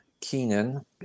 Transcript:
keenan